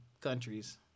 countries